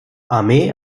armee